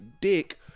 dick